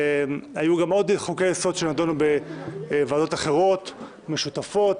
היו גם עוד חוקי יסוד שנדונו בוועדות אחרות משותפות,